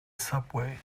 subway